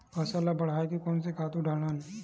फसल ल बढ़ाय कोन से खातु डालन?